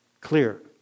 clear